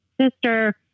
sister